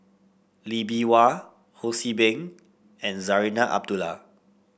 Lee Bee Wah Ho See Beng and Zarinah Abdullah